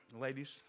Ladies